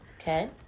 Okay